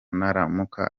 naramuka